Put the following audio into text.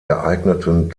geeigneten